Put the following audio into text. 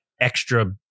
extra